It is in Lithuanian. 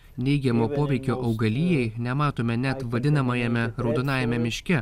negiamo poveikio augalijai nematome net vadinamajame raudonajame miške